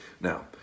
Now